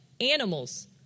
Animals